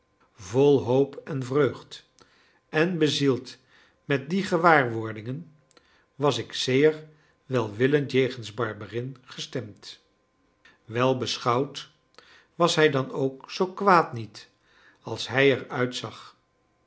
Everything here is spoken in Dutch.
vol hoop en vreugd en bezield met die gewaarwordingen was ik zeer welwillend jegens barberin gestemd wel beschouwd was hij dan ook zoo kwaad niet als hij er uitzag